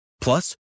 Plus